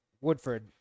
Woodford